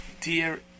dear